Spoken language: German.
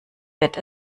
wird